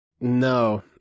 No